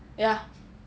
ya